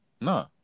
No